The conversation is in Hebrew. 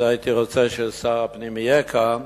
והייתי רוצה ששר הפנים יהיה כאן